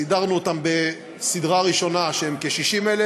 סידרנו אותם בסדרה ראשונה של כ-60,000